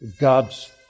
God's